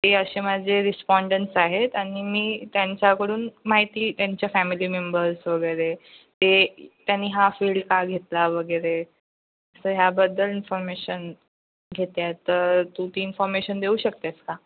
ते असे माझे रिस्पॉन्डन्स आहेत आणि मी त्यांच्याकडून माहिती त्यांच्या फॅमिली मेंबर्स वगैरे ते त्यांनी हा फील्ड का घेतला वगैरे असं ह्याबद्दल इन्फॉर्मेशन घेते आहे तर तू ती इन्फॉर्मेशन देऊ शकतेस का